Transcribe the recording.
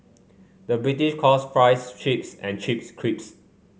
the British calls fries chips and chips crisps